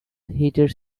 heated